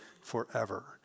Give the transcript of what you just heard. forever